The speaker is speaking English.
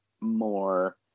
more